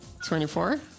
24